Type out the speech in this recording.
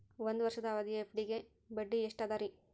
ಒಂದ್ ವರ್ಷದ ಅವಧಿಯ ಎಫ್.ಡಿ ಗೆ ಬಡ್ಡಿ ಎಷ್ಟ ಅದ ರೇ?